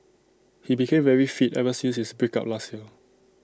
he became very fit ever since his break up last year